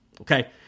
okay